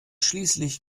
schließlich